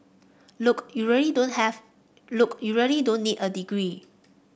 look you really don't have look you really don't need a degree